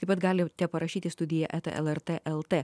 taip pat galite parašyti į studija eta lrt lt